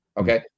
Okay